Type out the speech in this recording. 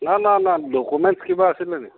নহয় নহয় নহয় ডক'মেণ্টচ কিবা আছিলে নি